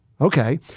Okay